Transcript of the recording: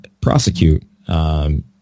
prosecute